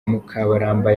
mukabaramba